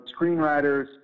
screenwriters